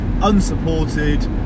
Unsupported